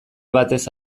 batez